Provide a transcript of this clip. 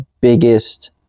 biggest